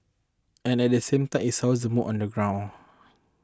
and at the same time it sours the mood on the ground